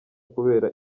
kubera